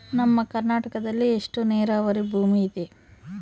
ನಮ್ಮ ಕರ್ನಾಟಕದಲ್ಲಿ ಎಷ್ಟು ನೇರಾವರಿ ಭೂಮಿ ಇದೆ?